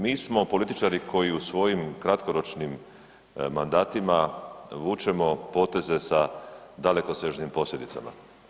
Mi smo političari koji u svojim kratkoročnim mandatima vučemo poteze sa dalekosežnim posljedicama.